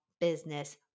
business